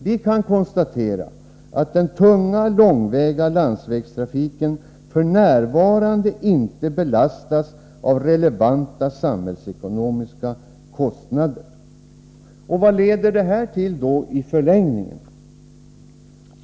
Vi kan konstatera att den tunga, långväga landsvägstrafiken f. n. inte belastas med relevanta, samhällsekonomiska kostnader. Vad leder detta till i förlängningen?